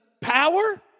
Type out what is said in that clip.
power